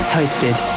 Hosted